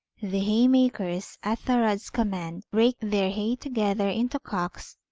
the haymakers, at thorodd's command, raked their hay together into cocks,